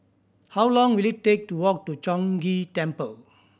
how long will it take to walk to Chong Ghee Temple